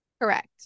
Correct